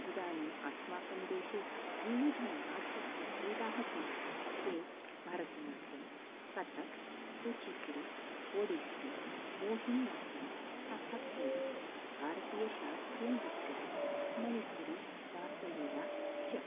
इदानीम् अस्माकं देशे विविधनाट्यप्रभेदाः सन्ति ते भरतनाट्यं कथक् कुचिपुडि ओडिस्सि मोहिनि अट्टं कथक्कलि भारतीयशास्त्रीयनृत्यः मणिपुरि रासलीला च